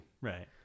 right